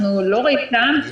אנחנו לא --- לתת